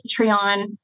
Patreon